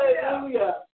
Hallelujah